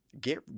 Get